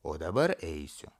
o dabar eisiu